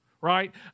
right